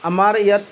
আমাৰ ইয়াত